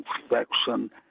inspection